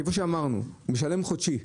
כפי שאמרנו, משלם חודשי,